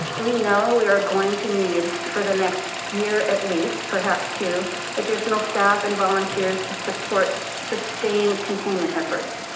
we know we are going to need for the next year, at least perhaps two additional staff and volunteers to support sustained containment efforts.